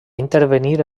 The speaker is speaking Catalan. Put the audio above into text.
intervenir